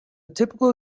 typical